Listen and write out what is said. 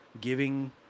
giving